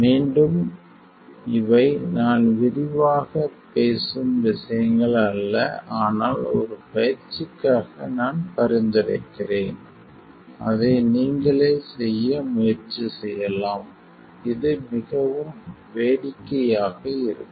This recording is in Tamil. மீண்டும் இவை நான் விரிவாகப் பேசும் விஷயங்கள் அல்ல ஆனால் ஒரு பயிற்சியாக நான் பரிந்துரைக்கிறேன் அதை நீங்களே செய்ய முயற்சி செய்யலாம் இது மிகவும் வேடிக்கையாக இருக்கும்